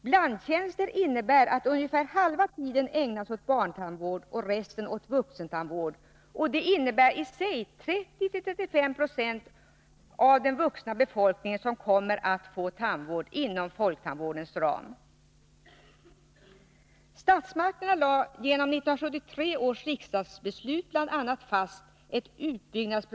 Blandtjänster innebär att ungefär halva tiden ägnas åt barntandvård och resten åt vuxentandvård. Det innebär i sig att 30-35 96 av den vuxna befolkningen kommer att få tandvård inom folktandvårdens ram. Nr 49 målsättning är nu uppnådd.